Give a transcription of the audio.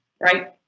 Right